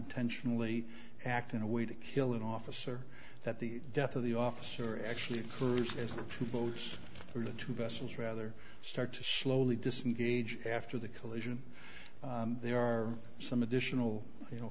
intentionally act in a way to kill an officer that the death of the officer actually occurred as those are the two vessels rather start to slowly disengage after the collision there are some additional you know